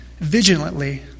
vigilantly